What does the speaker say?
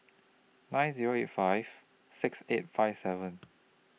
nine Zero eight five six eight five seven